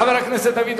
חבר הכנסת עפו אגבאריה,